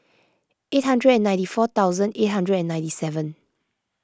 eight hundred and ninety four thousand eight hundred and ninety seven